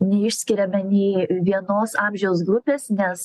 neišskiriame nei vienos amžiaus grupės nes